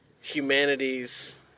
humanities